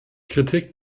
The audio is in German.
kritik